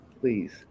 please